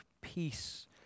peace